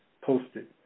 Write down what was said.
posted